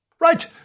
Right